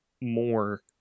more